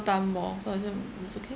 time orh so I say it's okay